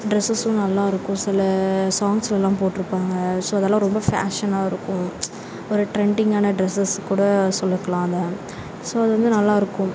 டிரெஸஸும் நல்லாயிருக்கும் சில சாங்ஸ்லலாம் போட்ருப்பாங்க ஸோ அதெல்லாம் ரொம்ப ஃபேஷனாகருக்கும் ஒரு டிரெண்டிங்கான டிரெஸஸ்க்கூட சொல்லிக்கலாம் அதை ஸோ அது வந்து நல்லாயிருக்கும்